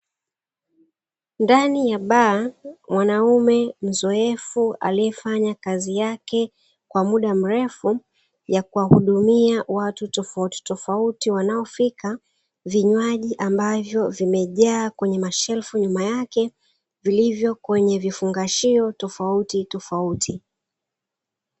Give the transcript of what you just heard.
Ndani ya baa mwanaume mzoefu aliyefanya kazi yake kwa muda mrefu ya kuwahudumia watu tofauti tofauti wanaofika, anawahudumia vinywaji ambavyo vimejaa kwenye mashelfu nyuma yake vilivyo kwenye vifungashio tofauti tofauti.